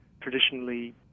traditionally